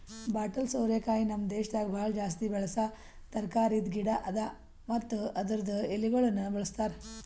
bottle ಸೋರೆಕಾಯಿ ನಮ್ ದೇಶದಾಗ್ ಭಾಳ ಜಾಸ್ತಿ ಬೆಳಸಾ ತರಕಾರಿದ್ ಗಿಡ ಅದಾ ಮತ್ತ ಅದುರ್ದು ಎಳಿಗೊಳನು ಬಳ್ಸತಾರ್